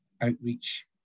outreach